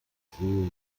sehe